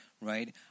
Right